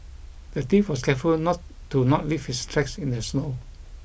the thief was careful not to not leave his tracks in the snow